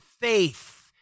faith